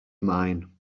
mine